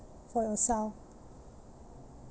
for yourself